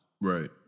Right